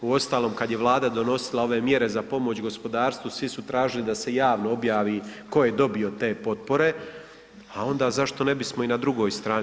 Uostalom kad je Vlada donosila ove mjere za pomoć gospodarstvu svi su tražili da se javno objavi ko je dobio te potpore, a onda zašto ne bismo i na drugoj strani.